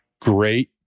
great